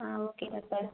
ah okay doctor